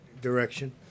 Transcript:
direction